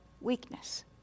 weakness